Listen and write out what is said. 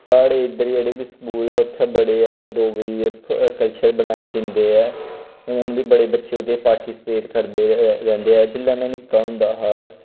साढ़े इध्दर जेह्ड़े बी स्कूल ऐ उत्थै बड़े जैदा डोगरी कल्चर बनाए जंदे ऐ हून वी बड़े बच्चे उदे च पार्टिसिपेट करदे रैह्न्दे ऐ जिसलै में निक्का होंदा हा